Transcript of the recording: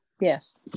Yes